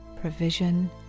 provision